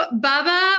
Bubba